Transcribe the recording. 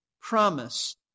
promise